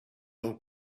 old